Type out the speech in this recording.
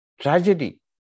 tragedy